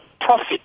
profit